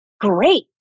great